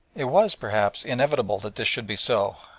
it was, perhaps, inevitable that this should be so,